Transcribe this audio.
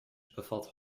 bevat